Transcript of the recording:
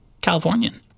Californian